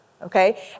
Okay